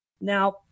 Now